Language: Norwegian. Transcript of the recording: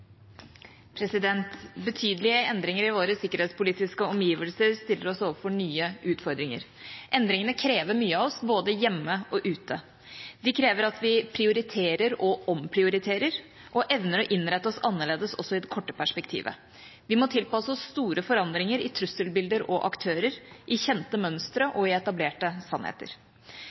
Betydelige endringer i våre sikkerhetspolitiske omgivelser stiller oss overfor nye utfordringer. Endringene krever mye av oss både hjemme og ute. De krever at vi prioriterer og omprioriterer og evner å innrette oss annerledes også i det korte perspektivet. Vi må tilpasse oss store forandringer i trusselbilder og aktører, i kjente mønstre